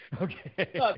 Okay